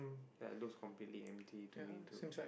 ya it looks completely empty to me too